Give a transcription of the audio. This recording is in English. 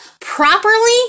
properly